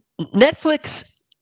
Netflix